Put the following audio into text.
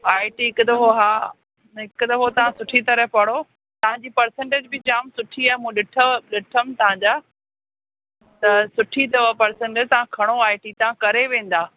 आई T हिकदमि हा हिकदमि तां सुठी तरह पढ़ो तव्हांजी पर्संटेज बि जाम सुठी आहे मूं ॾिठव ॾिठमि तव्हांजा त सुठी अथव पर्संटेज तव्हां खणो आई टी तव्हां करे वेंदा